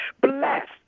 bless